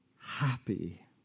happy